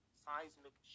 seismic